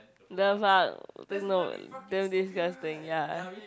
the fuck no damn disgusting ya